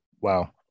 wow